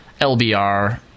LBR